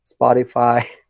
Spotify